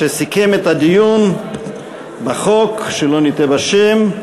שסיכם את הדיון בחוק, שלא נטעה בשם,